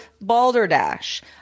Balderdash